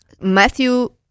Matthew